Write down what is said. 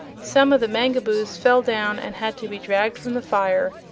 some of the mangaboos fell down and had to be dragged from the fire,